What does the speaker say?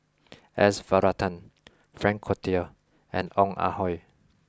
S Varathan Frank Cloutier and Ong Ah Hoi